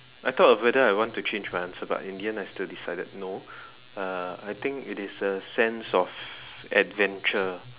I thought of whether I want to change my answer but in the end I still decided no uh I think it is a sense of adventure